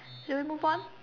should we move on